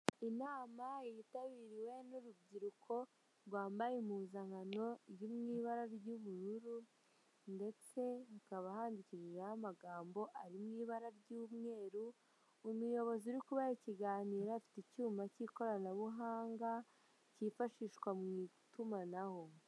Inama yitabiriwe n'urubyiruko rwa mbaye impuzankano iri mu ibara ry'ubururu ndetse hakaba hariho amagambo ari mu ibara ry'umweru umuyobozi uri kubaha ikiganiro afite icyuma cy'ikoranabuhanga cyifashishwa mu itumanaho.